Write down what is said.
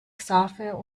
xaver